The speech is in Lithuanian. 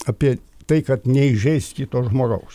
apie tai kad neįžeist kito žmogaus